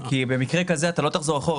במקרה כזה אתה לא תחזור אחורה.